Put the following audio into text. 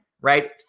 right